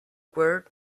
word